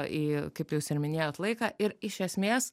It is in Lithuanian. į kaip jūs ir minėjot laiką ir iš esmės